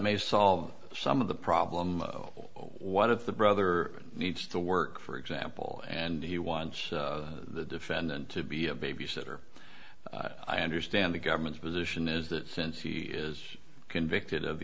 may solve some of the problem one of the brother needs to work for example and he wants the defendant to be a babysitter i understand the government's position is that since he is convicted of